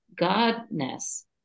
Godness